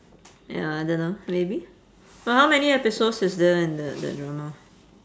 ya I don't know maybe but how many episodes is there in that that drama